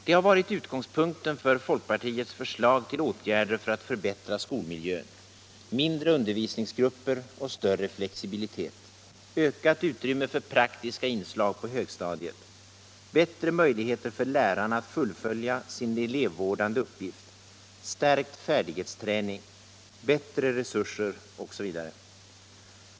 Det har varit utgångspunkten för folkpartiets förslag till åtgärder för att förbättra skolmiljön — mindre undervisningsgrupper och större flexibilitet, ökat utrymme för praktiska inslag på högstadiet, bättre möjligheter för lärarna att fullfölja sin elevvårdande uppgift, stärkt färdighetsträning, bättre resurser osv.